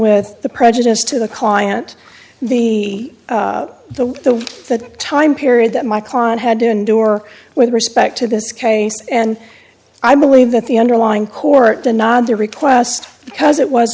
with the prejudice to the client the the the that time period that my client had to endure with respect to this case and i believe that the underlying court denied their request because it was